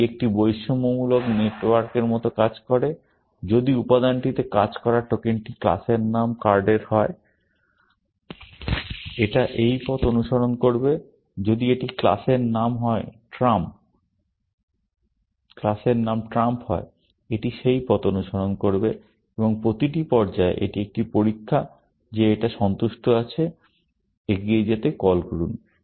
এটি একটি বৈষম্যমূলক নেটওয়ার্কের মতো কাজ করে যদি উপাদানটিতে কাজ করা টোকেনটি ক্লাসের নাম কার্ডের হয় এটা এই পথ অনুসরণ করবে যদি এটি ক্লাস নামের হয় ট্রাম্প এটি সেই পথ অনুসরণ করবে এবং প্রতিটি পর্যায়ে এটি একটি পরীক্ষা যে এটা সন্তুষ্ট আছে এগিয়ে যেতে কল করুন